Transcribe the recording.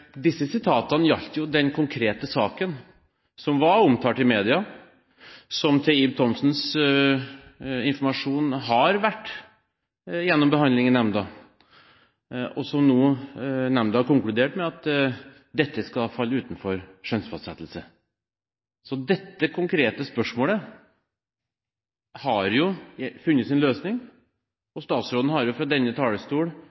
Disse sitatene gjaldt denne konkrete saken som var omtalt i media, som – til Ib Thomsens informasjon – har vært gjennom behandling i nemnda. Nemnda har nå konkludert med at dette skal falle utenfor skjønnsfastsettelse, så dette konkrete spørsmålet har funnet sin løsning.